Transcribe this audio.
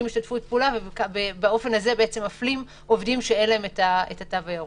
השתתפות פעילה ובאופן הזה מפלים עובדים שאין להם תו ירוק.